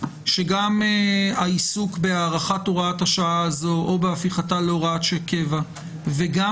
גם העיסוק בהארכת הוראת השעה הזו או בהפיכתה להוראה של קבע וגם